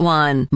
one